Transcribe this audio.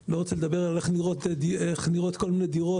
אני לא רוצה לדבר על איך נראות כל מיני דירות.